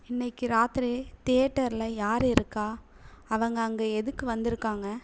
இன்னக்கு ராத்திரி தியேட்டரில் யார் இருக்கா அவங்க அங்கே எதுக்கு வந்துருக்காங்க